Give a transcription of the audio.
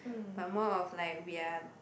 but more of like we're